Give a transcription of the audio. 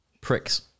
pricks